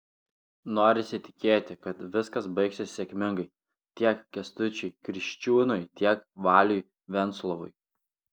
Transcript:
norisi tikėti kad viskas baigsis sėkmingai tiek kęstučiui kriščiūnui tiek valiui venslovui